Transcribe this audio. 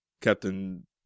Captain